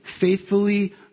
faithfully